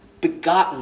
begotten